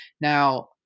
now